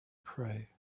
pray